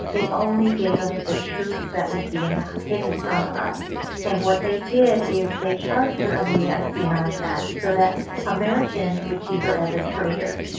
it only gave us the truth that was being hidden from us and what they did is they charged her under and the espionage act so that americans would see her as a traitor,